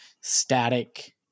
static